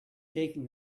taking